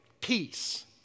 peace